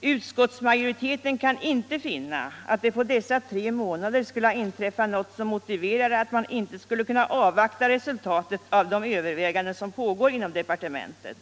Utskottsmajoriteten kan inte finna att det på dessa tre månader skulle ha inträffat något som motiverar att man inte skulle kunna avvakta resultatet av de överväganden som pågår inom departementet.